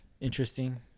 Interesting